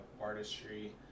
artistry